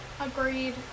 agreed